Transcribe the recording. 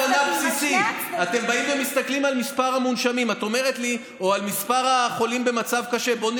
שרובנו גם היינו סטודנטים ובילינו שנים לא מבוטלות בתוך האוניברסיטה,